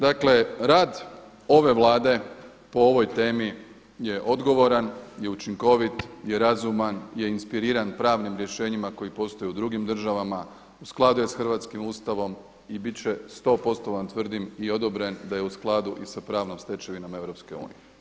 Dakle, rad ove Vlade po ovoj temi je odgovoran i učinkovit i razuman je inspiriran i pravnim rješenjima koji postoje u drugim državama, u skladu je sa hrvatskim Ustavom i bit će sto posto vam tvrdim i odobren da je u skladu i sa pravnom stečevinom EU.